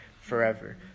forever